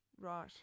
Right